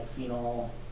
phenol